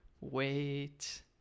Wait